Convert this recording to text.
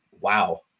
wow